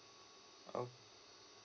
oh